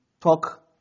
talk